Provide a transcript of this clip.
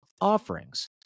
offerings